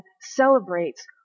celebrates